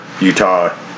Utah